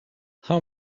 how